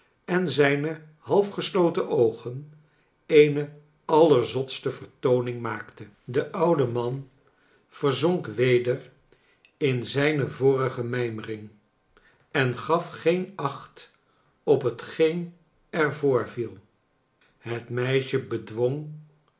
en zijne half gesloten oogen eene allerzotste vertooning maakte de oude man verzonk weder in zijne vorige mijmering en gaf geen acht op hetgeen er voorviel het meisje